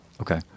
Okay